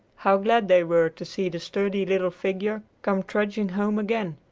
how glad they were to see the sturdy little figure come trudging home again!